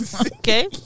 Okay